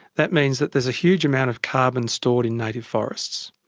that means that there's a huge amount of carbon stored in native forest.